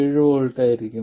7 V ആയിരിക്കും